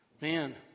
Man